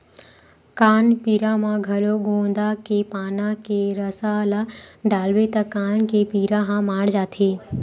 कान पीरा म घलो गोंदा के पाना के रसा ल डालबे त कान के पीरा ह माड़ जाथे